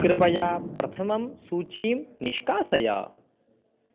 कृपया प्रथमां सूचीं निष्कासय